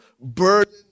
burden